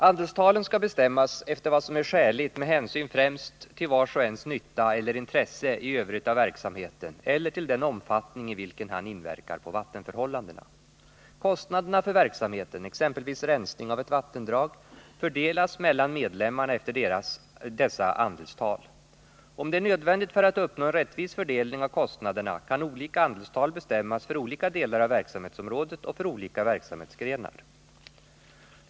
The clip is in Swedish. Andelstalen skall bestämmas efter vad som är skäligt med hänsyn främst till vars och ens nytta eller intresse i övrigt av verksamheten eller till den omfattning i vilken han inverkar på vattenförhållandena. Kostnaderna för verksamheten, exempelvis rensning av ett vattendrag, fördelas mellan medlemmarna efter dessa andelstal. Om det är nödvändigt för att uppnå en rättvis fördelning av kostnaderna, kan olika andelstal bestämmas för olika delar av verksamhetsområdet och för olika verksamhetsgrenar.